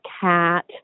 cat